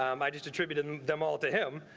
um i just attributed and them all to him.